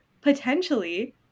potentially